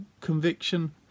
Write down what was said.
conviction